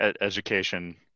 Education